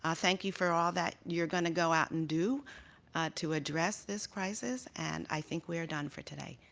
ah thank you for all that you're going to go out and do to address this crisis, and i think we are done for today.